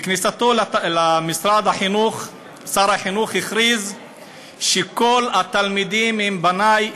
בכניסתו למשרד החינוך שר החינוך הכריז: כל התלמידים הם בני,